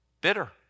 bitter